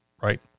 Right